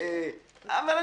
בכל מקרה,